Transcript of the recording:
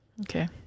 okay